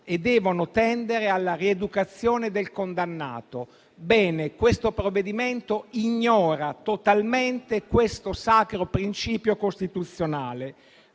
e devono tendere alla rieducazione del condannato». Bene, questo provvedimento ignora totalmente tale sacro principio costituzionale.